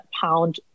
pound